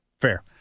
Fair